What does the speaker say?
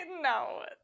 no